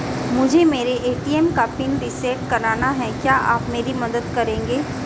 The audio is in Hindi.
मुझे मेरे ए.टी.एम का पिन रीसेट कराना है क्या आप मेरी मदद करेंगे?